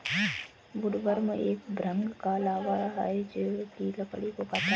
woodworm एक भृंग का लार्वा है जो की लकड़ी को खाता है